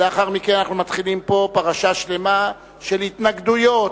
לאחר מכן אנחנו מתחילים פה פרשה שלמה של התנגדויות,